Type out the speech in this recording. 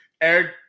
Eric